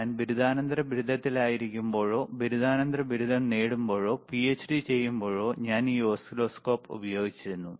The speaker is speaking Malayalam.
ഞാൻ ബിരുദാനന്തര ബിരുദത്തിലായിരിക്കുമ്പോഴോ ബിരുദാനന്തര ബിരുദം നേടുമ്പോഴോ പിഎച്ച്ഡി ചെയ്യുമ്പോഴോ ഞാൻ ഈ ഓസിലോസ്കോപ്പ് ഉപയോഗിച്ചിരുന്നു